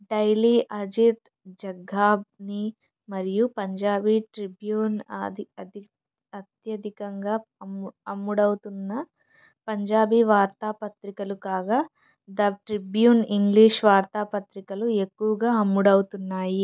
daily Ajit Jagbani మరియు Punjabi Tribune అత్యధికంగా అమ్ముడవుతున్న పంజాబీ వార్తాపత్రికలు కాగా ద ట్రిబ్యూన్ ఇంగ్లిష్ వార్తాపత్రికలు ఎక్కువగా అమ్ముడవుతున్నాయి